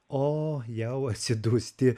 o jau atsidūsti